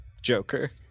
joker